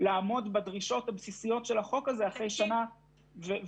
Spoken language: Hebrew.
לעמוד בדרישות הבסיסיות של החוק הזה אחרי שנה וחודשיים.